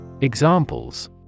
Examples